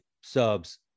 subs